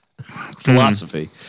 philosophy